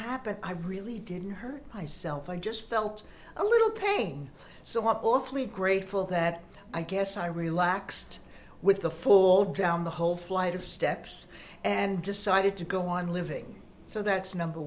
happened i really didn't hurt myself i just felt a little pain so awfully grateful that i guess i relaxed with the fall down the whole flight of steps and decided to go on living so that's number